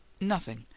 Nothing